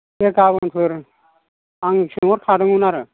दे गाबोनफोर आं सोंहरखादोंमोन आरो